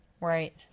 Right